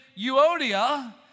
Euodia